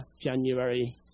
January